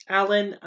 Alan